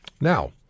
Now